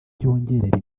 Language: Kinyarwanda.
byongerera